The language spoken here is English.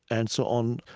and so on,